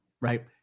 right